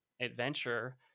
adventure